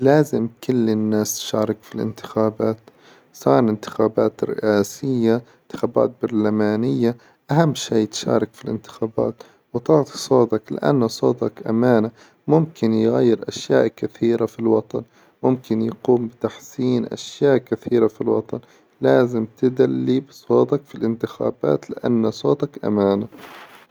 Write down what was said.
لازم كل الناس تشارك في الانتخابات سواء الانتخابات الرئاسية، اتخابات برلمانية، أهم شي تشارك في الانتخابات وتعطي صوتك لأن صوتك أمانة، ممكن يغير أشياء كثيرة في الوطن، ممكن يقوم بتحسين أشياء كثيرة في الوطن، لازم تدلي بصوتك في الانتخابات لأن صاتك أمانة.